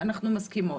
אנחנו מסכימות,